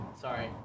Sorry